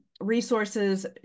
resources